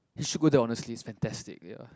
you should go there honestly it's fantastic ya